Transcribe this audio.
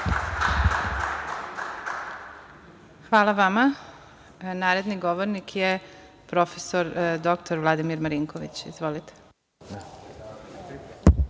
Hvala vama. Naredni govornik je prof. dr Vladimir Marinković. Izvolite.